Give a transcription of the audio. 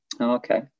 Okay